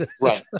Right